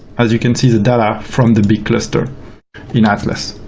as you can see, the data from the big cluster in atlas.